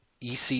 EC